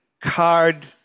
card